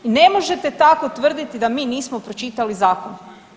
I ne možete tako tvrditi da mi nismo pročitali zakon.